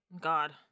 God